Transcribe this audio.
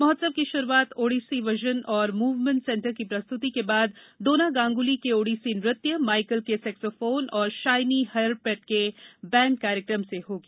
महोत्सव की शुरूआत Odissi vision and movement centre की प्रस्तुति के बाद डोना गांगुली के ओडिसी नृत्य माइकल के सैक्सोफोन और शाइनी हयर्पेट के बैंड कार्यक्रम से होगी